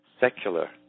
secular